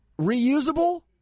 Reusable